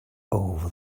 over